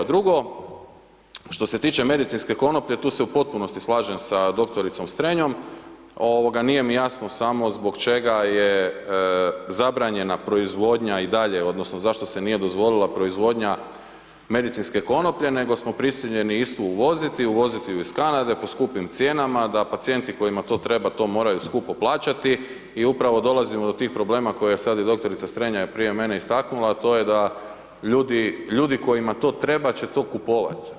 Drugo, što se tiče medicinske konoplje, tu se u potpunosti slažem sa dr. Strenjom, nije mi jasno samo zbog čega je zabranjena proizvodnja i dalje odnosno zašto se nije dozvolila proizvodnja medicinske konoplje, nego smo prisiljeni istu uvoziti, uvoziti ju iz Kanade po skupim cijenama, da pacijenti kojima to treba, to moraju skupo plaćati i upravo dolazimo do tih problema, koje je sad i dr. Strenja prije mene istaknula, to je da ljudi kojima to treba, će to kupovat.